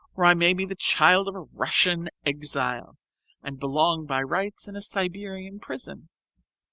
or i may be the child of a russian exile and belong by rights in a siberian prison,